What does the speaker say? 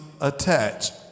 attached